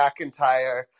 McIntyre